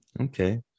Okay